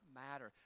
matter